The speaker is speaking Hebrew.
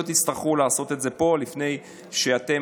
תצטרכו לעשות את זה פה לפני שסיכמתם,